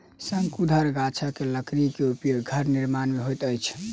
शंकुधर गाछक लकड़ी के उपयोग घर निर्माण में होइत अछि